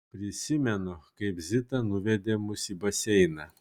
prisimenu kaip zita nuvedė mus į baseiną